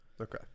Okay